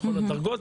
לכל הדרגות,